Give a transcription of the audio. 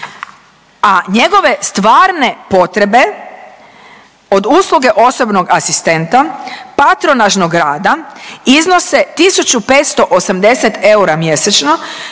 a njegove stvarne potrebe od usluge osobnog asistenta, patronažnog rada iznose 1.580 eura mjesečno